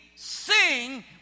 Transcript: Sing